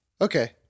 okay